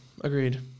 Agreed